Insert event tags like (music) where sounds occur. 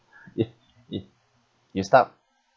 (noise) you start